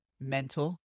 mental